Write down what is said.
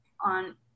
on